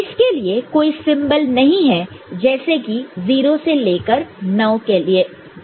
इसके लिए कोई सिंबल नहीं है जैसे 0 से लेकर 9 के लिए है